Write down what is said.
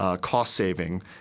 cost-saving